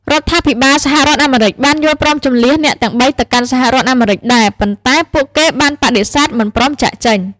រដ្ឋាភិបាលសហរដ្ឋអាមេរិកបានយល់ព្រមជម្លៀសអ្នកទាំងបីទៅកាន់សហរដ្ឋអាមេរិកដែរ ប៉ុន្តែពួកគេបានបដិសេធមិនព្រមចាកចេញ។